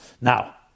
Now